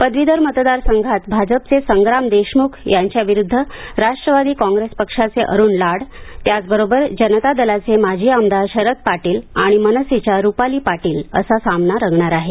पदवीधर मतदार संघात भाजपचे संग्राम देशमुख यांच्याविरुद्ध राष्ट्रवादी काँग्रेस पक्षाचे अरुण लाड त्याचबरोबर जनता दलाचे माजी आमदार शरद पाटील आणि मनसेच्या रुपाली पाटील असा सामना रंगणार आहे